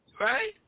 Right